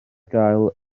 gael